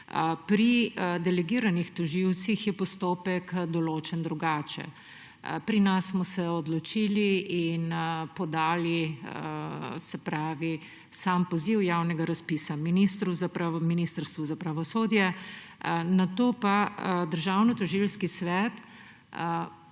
Pri delegiranih tožilcih je postopek določen drugače. Pri nas smo se odločili in podali sam poziv javnega razpisa Ministrstvu za pravosodje, nato pa Državnotožilski svet